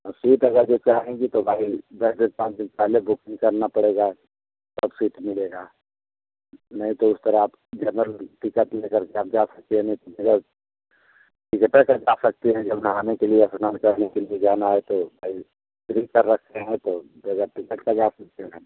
और सीट अगर जो चाहेंगी तो भाई दस दिन पाँच दिन पहले बुकिंग करना पड़ेगा तब सीट मिलेगा नहीं तो उस तरह आप जनरल टिकट लेकर के आप जा सकती हैं नहीं तो बगैर टिकटै का जा सकती हैं जब नहाने के लिए स्नान करने के लिए जाना है तो भाई का रखते हैं तो बगैर टिकट का जा सकते हैं